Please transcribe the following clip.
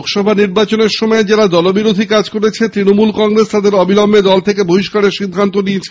লোকসভা নির্বাচনের সময় যারা দলবিরোধী কাজ করেছে তৃণমূল কংগ্রেস তাদের অবিলম্বে দল থেকে বহিষ্কারের সিদ্ধান্ত নিয়েছে